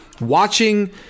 watching